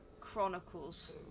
chronicles